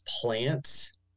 plants